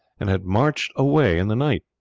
and had marched away in the night.